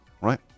right